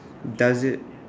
does it